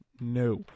no